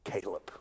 Caleb